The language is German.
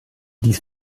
dies